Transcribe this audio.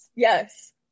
Yes